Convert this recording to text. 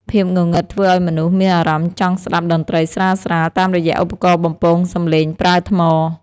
ភាពងងឹតធ្វើឱ្យមនុស្សមានអារម្មណ៍ចង់ស្តាប់តន្ត្រីស្រាលៗ តាមរយៈឧបករណ៍បំពងសំឡេងប្រើថ្ម។